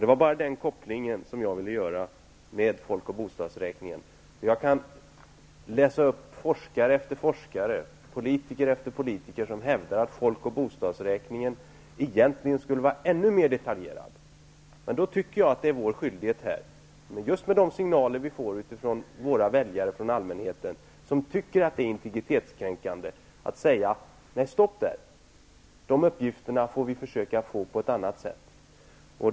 Det var bara den kopplingen som jag ville göra med folk och bostadsräkningen. Jag skulle kunna citera forskare efter forskare och politiker efter politiker som hävdar att folk och bostadräkningen egentligen skulle vara ännu mera detaljerad. Jag tycker dock att det är vår skyldighet -- mot bakgrund av de signaler vi får från våra väljare som tycker att det är integritetskränkande -- att säga stopp och att vi måste försöka få de uppgifterna på något annat sätt.